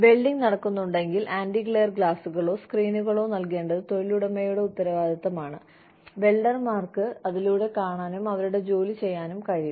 welding നടക്കുന്നുണ്ടെങ്കിൽ antiglare ഗ്ലാസുകളോ സ്ക്രീനുകളോ നൽകേണ്ടത് തൊഴിലുടമയുടെ ഉത്തരവാദിത്തമാണ് വെൽഡർമാർക്ക് അതിലൂടെ കാണാനും അവരുടെ ജോലി ചെയ്യാനും കഴിയും